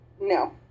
no